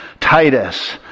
Titus